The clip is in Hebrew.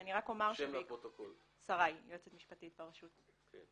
אני יועצת משפטית ברשות.